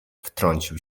wtrącił